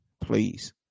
please